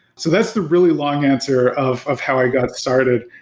so that's the really long answer of of how i got started.